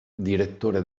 direttore